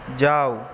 যাও